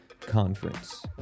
Conference